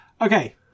Okay